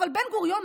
אבל בן-גוריון,